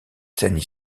scènes